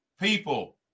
people